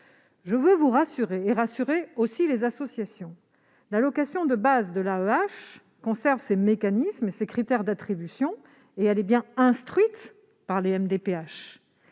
les sénateurs, ainsi que les associations, l'allocation de base de l'AEEH conserve ses mécanismes et ses critères d'attribution ; elle est bien instruite par les MDPH,